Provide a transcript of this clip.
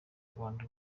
rwanda